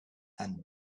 and